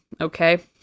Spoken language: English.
Okay